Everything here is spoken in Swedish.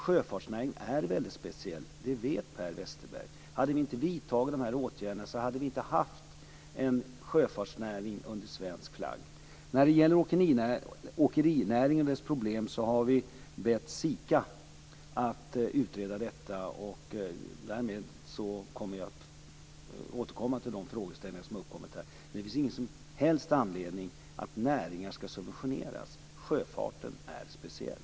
Sjöfartsnäringen är väldigt speciell. Det vet Per Westerberg. Hade vi inte vidtagit dessa åtgärder hade vi inte haft en sjöfartsnäring under svensk flagg. När det gäller åkerinäringen och dess problem har vi bett SIKA att utreda detta. Jag kommer att återkomma till de frågeställningar som uppkommit här. Det finns ingen som helst anledning att näringar skall subventioneras. Sjöfarten är speciell.